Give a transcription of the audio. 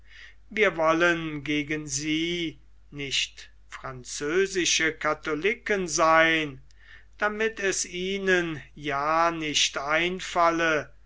wir wollen gegen sie nicht französische katholiken sein damit es ihnen ja nicht einfalle